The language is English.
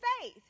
faith